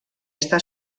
està